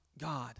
God